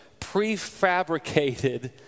prefabricated